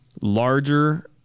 larger